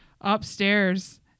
upstairs